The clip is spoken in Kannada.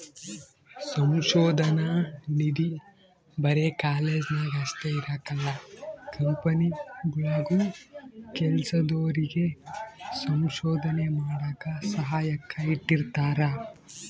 ಸಂಶೋಧನಾ ನಿಧಿ ಬರೆ ಕಾಲೇಜ್ನಾಗ ಅಷ್ಟೇ ಇರಕಲ್ಲ ಕಂಪನಿಗುಳಾಗೂ ಕೆಲ್ಸದೋರಿಗೆ ಸಂಶೋಧನೆ ಮಾಡಾಕ ಸಹಾಯಕ್ಕ ಇಟ್ಟಿರ್ತಾರ